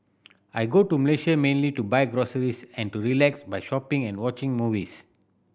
I go to Malaysia mainly to buy groceries and to relax by shopping and watching movies